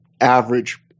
average